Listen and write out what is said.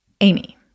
Amy